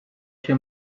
się